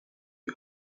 you